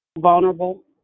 vulnerable